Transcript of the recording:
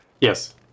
yes